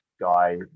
guy